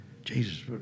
Jesus